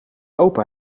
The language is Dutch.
opa